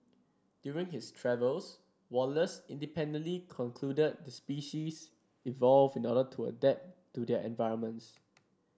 during his travels Wallace independently concluded the species evolve in order to adapt to their environments